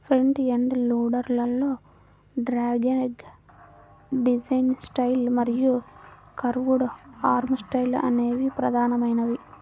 front end loader లలో dogleg design style మరియు curved arm style అనేవి ప్రధానమైనవి